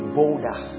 bolder